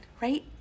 right